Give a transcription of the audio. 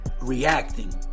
reacting